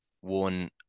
one